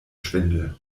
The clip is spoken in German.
schwindel